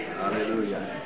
Hallelujah